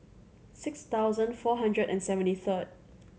six thousand four hundred and seventy third